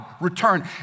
return